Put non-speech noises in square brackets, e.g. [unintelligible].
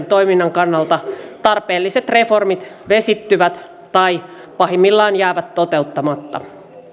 [unintelligible] toiminnan kannalta tarpeelliset reformit vesittyvät tai pahimmillaan jäävät toteuttamatta